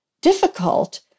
difficult